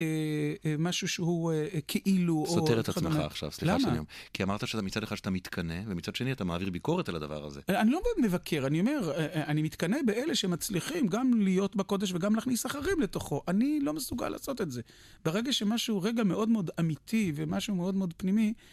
משהו שהוא כאילו... סותר את עצמך עכשיו, סליחה שאני... למה? כי אמרת שמצד אחד אתה מתקנא, ומצד שני אתה מעביר ביקורת על הדבר הזה. אני לא מבקר, אני אומר, אני מתקנא באלה שמצליחים גם להיות בקודש וגם להכניס אחרים לתוכו. אני לא מסוגל לעשות את זה. ברגע שמשהו, רגע מאוד מאוד אמיתי ומשהו מאוד מאוד פנימי...